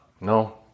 No